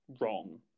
wrong